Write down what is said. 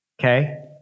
Okay